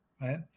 Right